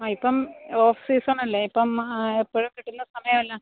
ആ ഇപ്പം off season അല്ലേ ഇപ്പം ആ എപ്പോഴും കിട്ടുന്ന സമയമല്ല